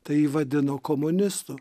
tai jį vadino komunistu